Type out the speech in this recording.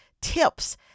tips